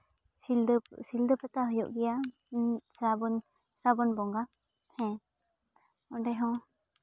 ᱥᱤᱞᱫᱟᱹ ᱥᱤᱞᱫᱟᱹ ᱯᱟᱛᱟ ᱦᱩᱭᱩᱜ ᱜᱮᱭᱟ ᱥᱨᱟᱵᱚᱱ ᱥᱨᱟᱵᱚᱱ ᱵᱚᱸᱜᱟ ᱦᱮᱸ ᱚᱸᱰᱮ ᱦᱚᱸ